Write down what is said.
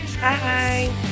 Bye